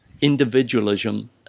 individualism